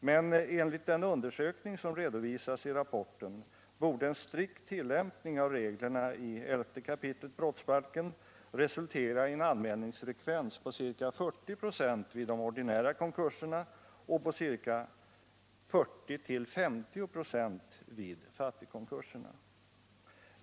Men enligt den undersökning som redovisas i rapporten borde en strikt tillämpning av reglerna i 11 kap. brottsbalken resultera i en anmälningsfrekvens på ca 40 96 vid de ordinära konkurserna och ca 40-50 96 vid fattigkonkurserna.